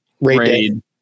raid